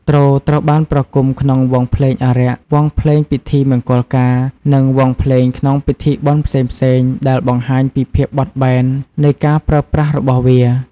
ទ្រត្រូវបានប្រគំក្នុងវង់ភ្លេងអារ័ក្ស វង់ភ្លេងពិធីមង្គលការ និងវង់ភ្លេងក្នុងពិធីបុណ្យផ្សេងៗដែលបង្ហាញពីភាពបត់បែននៃការប្រើប្រាស់របស់វា។